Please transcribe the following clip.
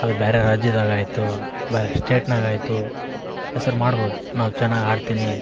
ಅದು ಬೇರೆ ರಾಜ್ಯದಾಗ ಆಯಿತು ಬೇರೆ ಸ್ಟೇಟ್ನಾಗ ಆಯಿತು ಹೆಸ್ರು ಮಾಡ್ಬೌದು ನಾವು ಚೆನ್ನಾಗಿ ಆಡ್ತೀನಿ